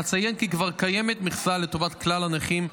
אציין כי כבר קיימת מכסה לטובת כלל הנכים,